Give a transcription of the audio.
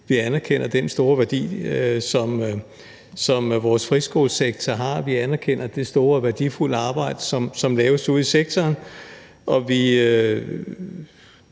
vi anerkender den store værdi, som vores friskolesektor har. Vi anerkender det store værdifulde arbejde, som laves ude i sektoren. Vi